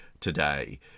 today